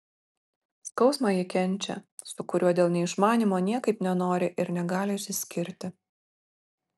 skausmą ji kenčia su kuriuo dėl neišmanymo niekaip nenori ir negali išsiskirti